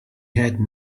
had